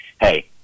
Hey